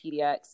PDX